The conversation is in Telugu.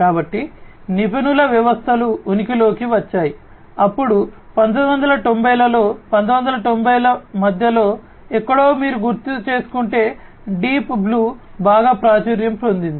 కాబట్టి నిపుణుల వ్యవస్థలు ఉనికిలోకి వచ్చాయి అప్పుడు 1990 లలో 1990 ల మధ్యలో ఎక్కడో మీరు గుర్తుచేసుకుంటే డీప్ బ్లూ బాగా ప్రాచుర్యం పొందింది